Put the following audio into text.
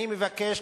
אני מבקש,